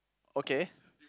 okay